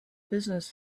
business